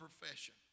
profession